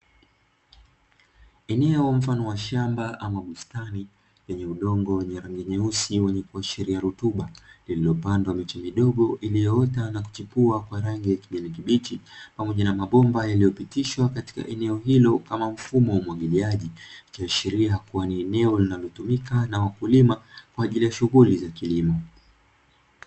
Eneo mfano wa shamba ama bustani lenye udongo wenye rangi nyeusi wenye kuashiria rutuba, lililopandwa miche midogo iliyoota na kuchipua kwa rangi ya kijani kibichi pamoja na mabomba yaliyopitishwa katika eneo hilo kama mfumo wa umwagiliaji. Ikiashiria kuwa ni eneo linalotumika na wakulima kwa ajili ya shughuli za kilimo.